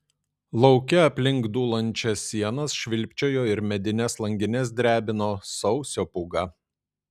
lauke aplink dūlančias sienas švilpčiojo ir medines langines drebino sausio pūga